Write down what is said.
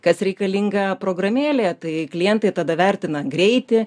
kas reikalinga programėlė tai klientai tada vertina greitį